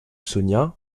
sonia